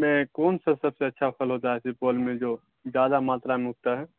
میں کون سا سب سے اچھا پھل ہوتا ہے سپول میں جو زیادہ ماترا میں اگتا ہے